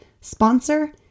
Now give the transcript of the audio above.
sponsor